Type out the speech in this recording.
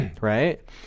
Right